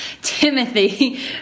Timothy